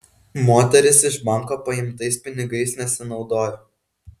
moteris iš banko paimtais pinigais nesinaudojo